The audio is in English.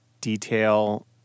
detail